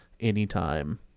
anytime